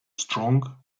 strong